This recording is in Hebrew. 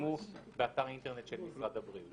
ויפורסמו באתר האינטרנט של משרד הבריאות.